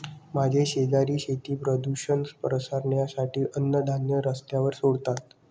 माझे शेजारी शेती प्रदूषण पसरवण्यासाठी अन्नधान्य रस्त्यावर सोडतात